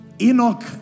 Enoch